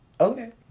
Okay